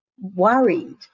worried